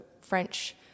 French